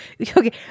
Okay